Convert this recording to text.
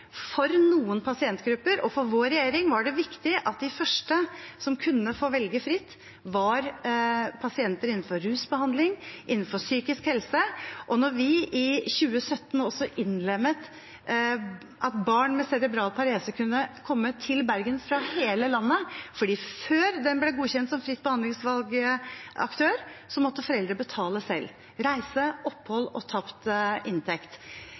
noen pasientgrupper, og for vår regjering var det viktig at de første som kunne få velge fritt, var pasienter innenfor rusbehandling og innenfor psykisk helse. Vi innlemmet i 2017 også at barn med cerebral parese kunne komme til Bergen fra hele landet, for før de ble godkjent som fritt behandlingsvalg-aktør måtte foreldre betale selv – reise, opphold